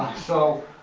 so,